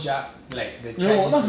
ah 我真的忘记第三个是什么了